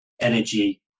energy